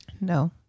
No